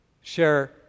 share